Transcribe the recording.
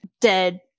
dead